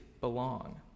belong